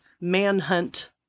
Manhunt